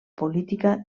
política